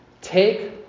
take